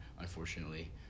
unfortunately